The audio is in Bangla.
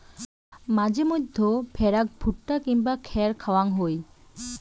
মাঝে মইধ্যে ভ্যাড়াক ভুট্টা কিংবা খ্যার খাওয়াং হই